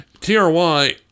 TRY